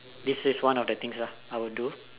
this is one of the things I would do